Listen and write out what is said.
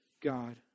God